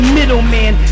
middleman